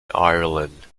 ireland